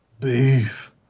Beef